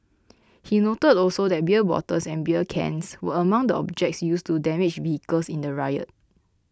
he noted also that beer bottles and beer cans were among the objects used to damage vehicles in the riot